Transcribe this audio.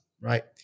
right